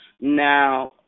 now